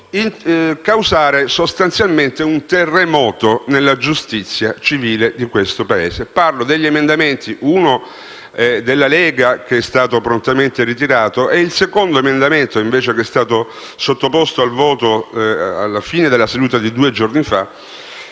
voluto causare sostanzialmente un terremoto nella giustizia civile in questo Paese. Un emendamento era della Lega ed è stato prontamente ritirato, il secondo emendamento, che è stato sottoposto al voto alla fine della seduta di due giorni fa,